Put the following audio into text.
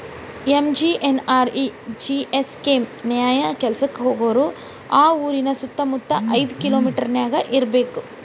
MGNREGS scheme ನ್ಯಾಯ ಕೆಲ್ಸಕ್ಕ ಹೋಗೋರು ಆ ಊರಿನ ಸುತ್ತಮುತ್ತ ಐದ್ ಕಿಲೋಮಿಟರನ್ಯಾಗ ಇರ್ಬೆಕ್